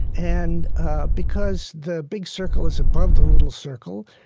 and ah because the big circle is above the little circle,